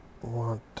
want